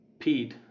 peed